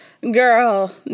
Girl